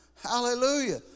Hallelujah